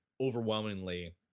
overwhelmingly